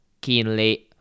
keenly